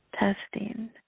Testing